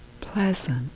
pleasant